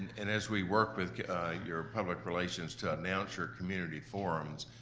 and as we work with your public relations to announce your community forums,